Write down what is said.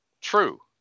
True